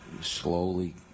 slowly